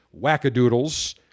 wackadoodles